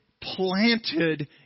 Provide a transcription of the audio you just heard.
planted